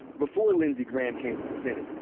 before lindsey graham came to the senate,